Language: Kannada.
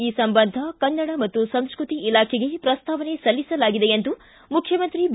ಈ ಸಂಬಂಧ ಕನ್ನಡ ಮತ್ತು ಸಂಸ್ಕೃತಿ ಇಲಾಖೆಗೆ ಪ್ರಸ್ತಾವನೆ ಸಲ್ಲಿಸಲಾಗಿದೆ ಎಂದು ಮುಖ್ಯಮಂತ್ರಿ ಬಿ